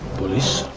police